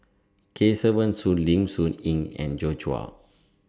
Kesavan Soon Lim Soo Ngee and Joi Chua